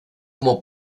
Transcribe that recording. como